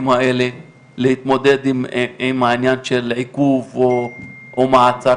האלה להתמודד עם העניין של עיכוב או מעצר?